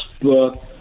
book